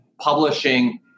publishing